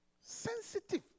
Sensitive